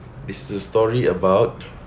it's the story about